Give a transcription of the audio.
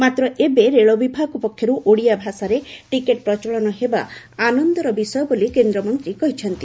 ମାତ୍ର ଏବେ ରେଳବବିଭାଗ ପକ୍ଷର୍ ଓଡିଆ ଭାଷାରେ ଟିକେଟ ପ୍ରଚଳନ ହେବା ଆନନ୍ଦର ବିଷୟ ବୋଲି କେନ୍ଦ୍ରମନ୍ତୀ କହିଛନ୍ତି